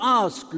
ask